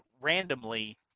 randomly